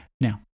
Now